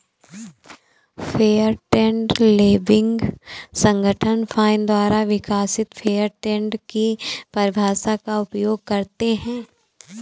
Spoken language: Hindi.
फेयर ट्रेड लेबलिंग संगठन फाइन द्वारा विकसित फेयर ट्रेड की परिभाषा का उपयोग करते हैं